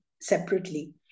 separately